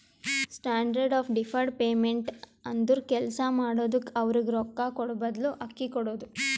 standard of deferred payment ಅಂದುರ್ ಕೆಲ್ಸಾ ಮಾಡಿದುಕ್ಕ ಅವ್ರಗ್ ರೊಕ್ಕಾ ಕೂಡಾಬದ್ಲು ಅಕ್ಕಿ ಕೊಡೋದು